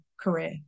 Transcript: career